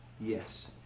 Yes